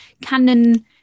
canon